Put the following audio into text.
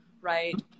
right